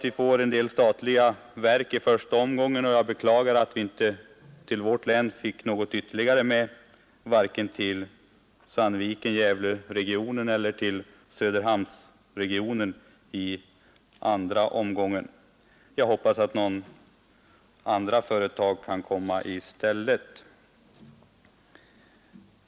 Vi får en del statliga verk i första omgången av utflyttningen. Jag beklagar att vi inte till vårt län fick något ytterligare, vare sig till Sandviken-Gävle-regionen eller till Söderhamnsregionen, i andra omgången, men jag hoppas att några andra företag kan komma i stället.